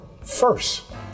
first